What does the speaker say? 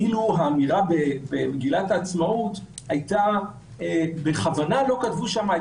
הוא אמר שבמגילת העצמאות בכוונה לא קבעו את